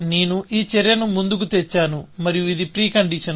నేను ఈ చర్యను ముందుకు తెచ్చాను మరియు ఇది ప్రీకండీషన్స్